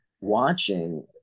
watching